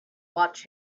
watch